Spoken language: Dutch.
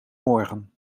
morgen